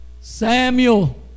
Samuel